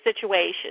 situation